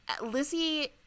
lizzie